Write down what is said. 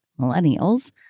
millennials